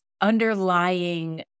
underlying